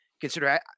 consider